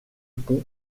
pont